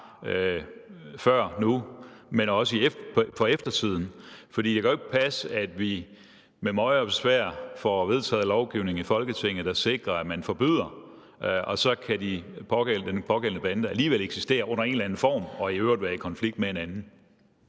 for nu, men også for eftertiden. For det kan jo ikke passe, at vi med møje og besvær får vedtaget lovgivning i Folketinget, der sikrer, at man forbyder det, og at den pågældende bande så alligevel kan eksistere under en eller anden form – og i øvrigt være i konflikt med en anden.